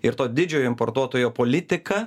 ir to didžiojo importuotojo politika